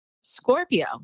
Scorpio